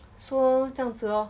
so 这样子 lor